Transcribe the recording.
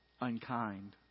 Unkind